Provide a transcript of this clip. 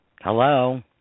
Hello